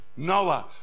Noah